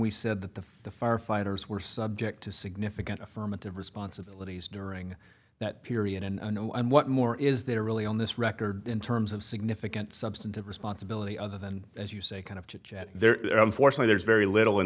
we said that the the firefighters were subject to significant affirmative responsibilities during that period and i know and what more is there really on this record in terms of significant substantive responsibility other than as you say kind of chitchat there in force and there's very little in